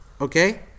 okay